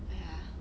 !aiya!